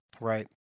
right